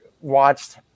watched